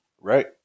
Right